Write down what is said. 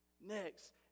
Next